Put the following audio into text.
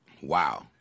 wow